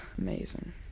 amazing